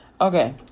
okay